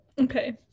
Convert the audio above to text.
okay